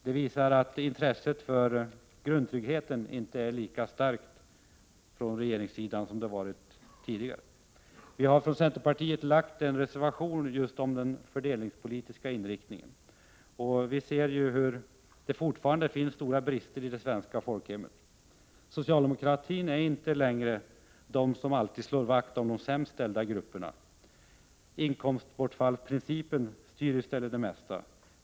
Det visar att intresset för grundtryggheten från regeringspartiet inte är lika starkt som det varit tidigare. Vi har från centern fogat en reservation till betänkandet om just den fördelningspolitiska inriktningen. Vi ser att det fortfarande finns stora brister i det svenska folkhemmet. Socialdemokraterna är inte alltid längre de som slår vakt om de sämst ställda grupperna. Inkomstbortfallsprincipen styr i stället det mesta.